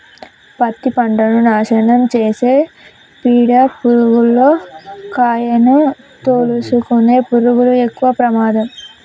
పత్తి పంటను నాశనం చేసే పీడ పురుగుల్లో కాయను తోలుసుకునే పురుగులు ఎక్కవ ప్రమాదం